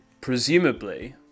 presumably